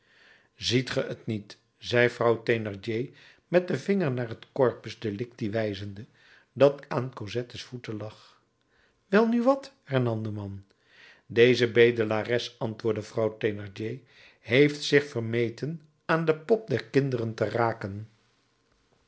ziet ge t niet zei vrouw thénardier met den vinger naar het corpus delicti wijzende dat aan cosettes voeten lag welnu wat hernam de man deze bedelares antwoordde vrouw thénardier heeft zich vermeten aan de pop der kinderen te raken